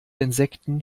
insekten